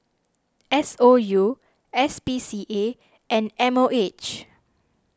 S O U S P C A and M O H